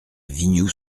vignoux